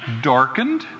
Darkened